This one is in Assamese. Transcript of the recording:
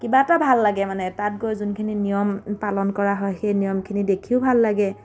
কিবা এটা ভল লাগে মানে তাত গৈ যোনখিনি নিয়ম পালন কৰা হয় সেই নিয়মখিনি দেখিও ভাল লাগে